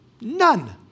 None